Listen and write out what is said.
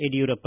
Yediyurappa